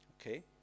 Okay